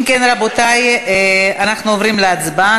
אם כן, רבותי, אנחנו עוברים להצבעה.